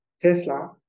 Tesla